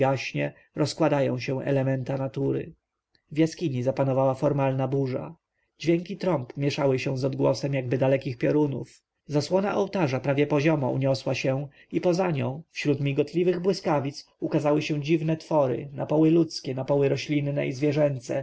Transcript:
rozkładają się elementa natury w jaskini zapanowała formalna burza dźwięki trąb mieszały się z odgłosem jakby dalekich piorunów zasłona ołtarza prawie poziomo uniosła się i poza nią wśród migotliwych błyskawic ukazały się dziwne twory napoły ludzkie napoły roślinne i zwierzęce